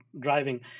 driving